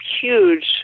huge